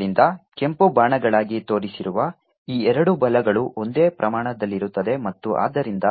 ಆದ್ದರಿಂದ ಕೆಂಪು ಬಾಣಗಳಾಗಿ ತೋರಿಸಿರುವ ಈ ಎರಡು ಬಲಗಳು ಒಂದೇ ಪ್ರಮಾಣದಲ್ಲಿರುತ್ತವೆ ಮತ್ತು ಆದ್ದರಿಂದ